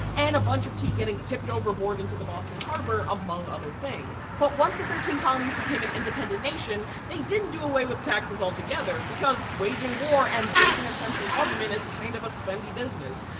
and a bunch of tea getting tipped overboard into the boston harbor, among other things. but once the thirteen colonies became an independent nation, they didn't do away with taxes all together. because waging war and building a central government is kind of a spendy business.